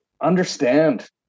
understand